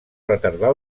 retardar